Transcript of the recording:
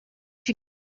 you